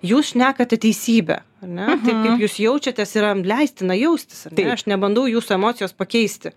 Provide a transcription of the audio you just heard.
jūs šnekate teisybę ar ne taip kaip jūs jaučiatės yra leistina jaustis ar ne aš nebandau jūsų emocijos pakeisti